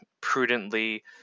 prudently